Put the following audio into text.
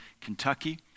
Kentucky